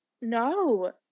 no